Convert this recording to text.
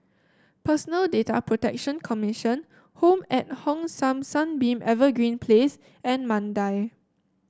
Personal Data Protection Commission Home at Hong San Sunbeam Evergreen Place and Mandai